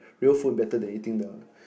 real food better than eating the